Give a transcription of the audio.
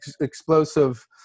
explosive